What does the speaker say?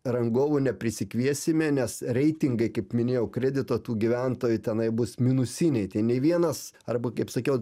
rangovų neprisikviesime nes reitingai kaip minėjau kredito tų gyventojų tenai bus minusiniai tai nei vienas arba kaip sakiau